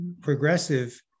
progressive